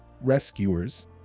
rescuers